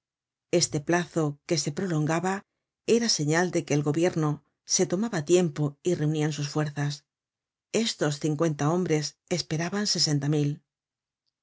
este plazo que se prolongaba era señal de que el gobierno se tomaba tiempo y reunian sus fuerzas estos cincuenta hombres esperaban sesenta mil